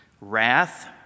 Wrath